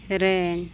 ᱥᱮᱨᱮᱧ